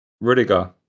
Rudiger